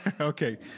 Okay